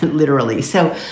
literally. so.